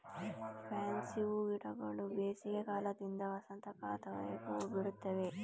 fancy ಹೂಗಿಡಗಳು ಬೇಸಿಗೆ ಕಾಲದಿಂದ ವಸಂತ ಕಾಲದವರೆಗೆ ಹೂಬಿಡುತ್ತವೆ